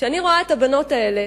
כשאני רואה את הבנות האלה,